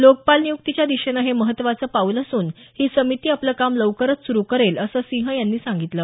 लोकपाल निय्क्तीच्या दिशेनं हे महत्वाचं पाऊल असून ही समिती आपलं काम लवकरच सुरु करेल असं असं सिंह यांनी सांगितलं